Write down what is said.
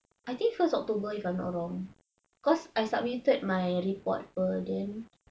I think first october if I'm not wrong cause I submitted my report [pe] then